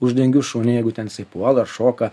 uždengiu šunį jeigu ten jisai puola ar šoka